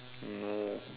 no